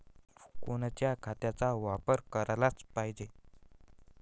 कोनच्या खताचा वापर कराच पायजे?